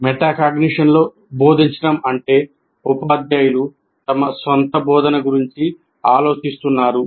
మెటాకాగ్నిషన్తో బోధించడం అంటే ఉపాధ్యాయులు తమ సొంత బోధన గురించి ఆలోచిస్తున్నారు